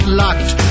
locked